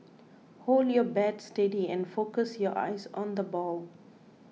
hold your bat steady and focus your eyes on the ball